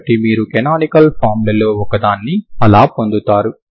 కాబట్టి మీరు canonical form లలో ఒకదాన్ని అలా పొందుతారు